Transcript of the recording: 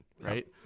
Right